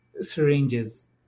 syringes